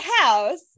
house